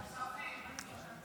הכספים.